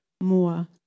more